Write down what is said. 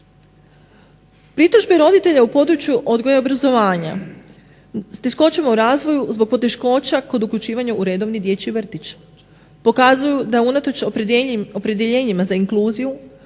Pritužbe roditelje u području odgoja i obrazovanja s teškoćama u razvoju, zbog poteškoća kod uključivanja u redovni dječji vrtić. Pokazuju da unatoč opredjeljenjima za inkluziju